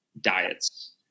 diets